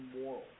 moral